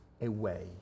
away